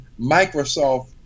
Microsoft